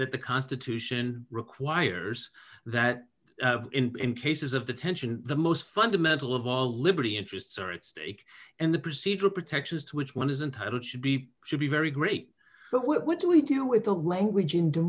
that the constitution requires that in cases of the tension the most fundamental of all liberty interests are at stake and the procedural protections to which one is entitle should be should be very great but what do we do with the language and do